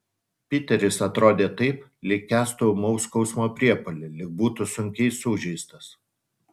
piteris atrodė taip lyg kęstų ūmaus skausmo priepuolį lyg būtų sunkiai sužeistas